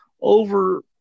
Over